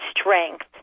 strength